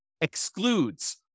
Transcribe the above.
excludes